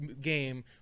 game